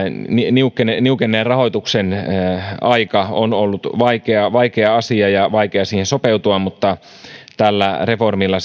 niukenneen niukenneen rahoituksen aika on ollut vaikea asia ja vaikea siihen sopeutua mutta tällä reformilla